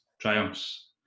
triumphs